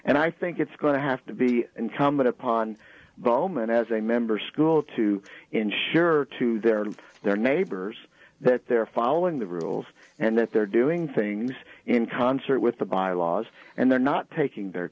and i think it's going to have to be incumbent upon bulman as a member school to ensure to their to their neighbors that they're following the rules and that they're doing things in concert with the bylaws and they're not taking their